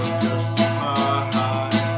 justify